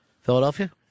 Philadelphia